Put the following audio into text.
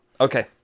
Okay